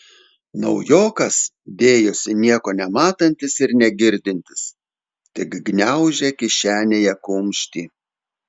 naujokas dėjosi nieko nematantis ir negirdintis tik gniaužė kišenėje kumštį